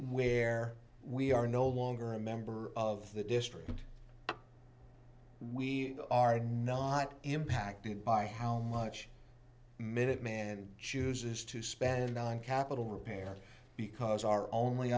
where we are no longer a member of the district we are not impacted by how much minuteman chooses to spend on capital repair because our only